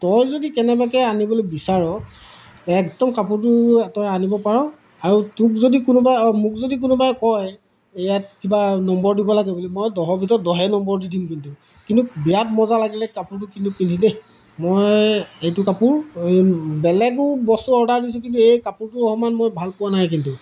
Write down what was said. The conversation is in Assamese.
তই যদি কেনেবাকৈ আনিবলৈ বিচাৰ একদম কাপোৰটো তই আনিব পাৰ আৰু তোক যদি কোনোবাই মোক যদি কোনোবাই কয় ইয়াত কিবা নম্বৰ দিব লাগে বুলি মই দহৰ ভিতৰত দহে নম্বৰ দিম কিন্তু কিন্তু বিৰাট মজা লাগিলে কাপোৰটো কিন্তু পিন্ধি দেই মই এইটো কাপোৰ বেলেগো বস্তু অৰ্ডাৰ দিছোঁ কিন্তু এই কাপোৰটো সমান মই ভাল পোৱা নাই কিন্তু